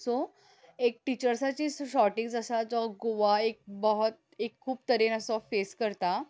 so एक टिचर्साची shortage आसा जो गोवा एक बोहोत एक खूब तरेन असो फेस करता